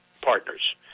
partners